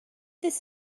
this